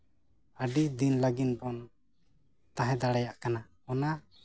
ᱟᱹᱰᱤ ᱫᱤᱱ ᱞᱟᱹᱜᱤᱫ ᱵᱚᱱ ᱛᱟᱦᱮᱸ ᱫᱟᱲᱮᱭᱟᱜ ᱠᱟᱱᱟ ᱚᱱᱟ